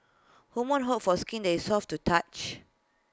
women hope for skin that is soft to touch